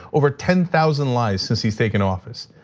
over ten thousand lies since he's taken office.